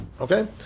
Okay